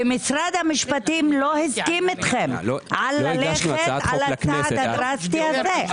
ומשרד המשפטים לא הסכים אתכם על ללכת על הצעד הדרסטי הזה.